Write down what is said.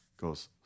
goes